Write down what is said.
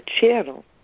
channel